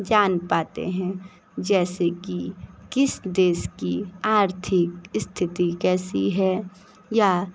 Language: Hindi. जान पाते हैं जैसे की किस देश की आर्थिक स्थिति कैसी है या